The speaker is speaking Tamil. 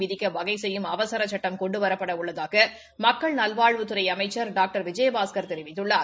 விதிக்க வகை செய்யும் அவசர சட்டம் கொண்டுவரப்பட உள்ளதாக மக்கள் நல்வாழ்வுத்துறை அமைச்சர் டாக்டர் விஜயபாஸ்கர் தெரிவித்துள்ளார்